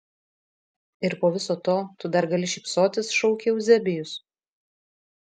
ir po viso to tu dar gali šypsotis šaukė euzebijus